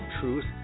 Truth